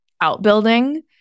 outbuilding